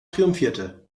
triumphierte